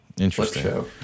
Interesting